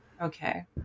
Okay